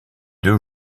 deux